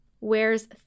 wears